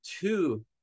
two